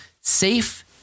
safe